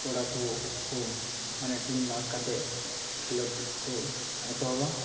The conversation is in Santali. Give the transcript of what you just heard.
ᱠᱚᱲᱟ ᱠᱚ ᱠᱚ ᱢᱟᱱᱮ ᱴᱤᱢ ᱵᱷᱟᱜᱽ ᱠᱟᱛᱮᱜ ᱠᱷᱮᱞᱳᱰ ᱠᱚ ᱮᱛᱚᱦᱚᱵᱟ